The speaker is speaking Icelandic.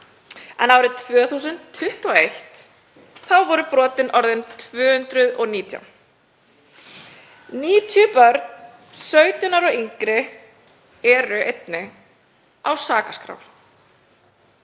en árið 2021 voru brotin orðin 219. 90 börn 17 ára og yngri eru einnig á sakaskrá